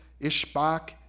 Ishbak